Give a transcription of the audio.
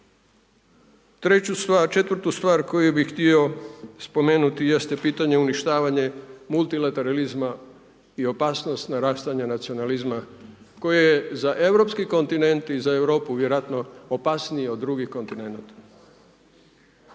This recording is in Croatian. Treću stvar, četvrtu stvar koju bih htio spomenuti jeste pitanje uništavanja multilateralizma i opasnost .../Govornik se ne razumije./... nacionalizma koje je za europski kontinent i za Europu vjerojatno opasniji od drugih kontinenata.